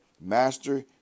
Master